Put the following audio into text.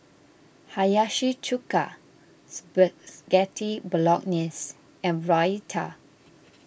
Hiyashi Chuka Spaghetti Bolognese and Raita